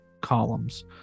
columns